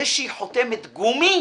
זה שהיא חותמת גומי,